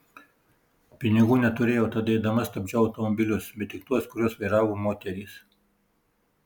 pinigų neturėjau tad eidama stabdžiau automobilius bet tik tuos kuriuos vairavo moterys